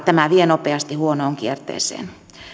tämä vie nopeasti huonoon kierteeseen